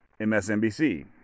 MSNBC